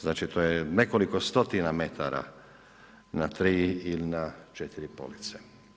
Znači to je nekoliko stotina metara na tri ili na 4 police.